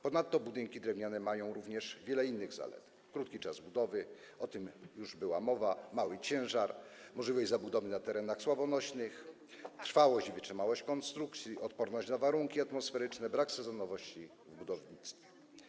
Ponadto budynki drewniane mają również wiele innych zalet, takich jak krótki czas budowy - o tym już była mowa - mały ciężar, możliwość budowy na terenach słabonośnych, trwałość i wytrzymałość konstrukcji, odporność na warunki atmosferyczne i brak sezonowości w budownictwie.